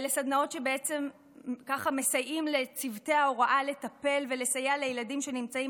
אלה סדנאות שמסייעות לצוותי ההוראה לטפל ולסייע לילדים שנמצאים